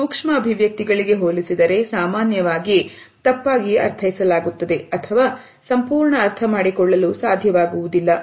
ಈ ಸೂಕ್ಷ್ಮ ಅಭಿವ್ಯಕ್ತಿಗಳಿಗೆ ಹೋಲಿಸಿದರೆ ಸಾಮಾನ್ಯವಾಗಿ ತಪ್ಪಾಗಿ ಅರ್ಥೈಸಲಾಗುತ್ತದೆ ಅಥವಾ ಸಂಪೂರ್ಣವಾಗಿ ಅರ್ಥ ಮಾಡಿಕೊಳ್ಳಲು ಸಾಧ್ಯವಾಗುವುದಿಲ್ಲ